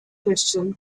christian